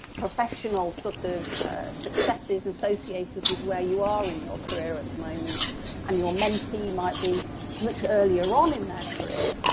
professional sort of successes associated with where you are in your career at the moment and your mentee might be much earlier on in their career,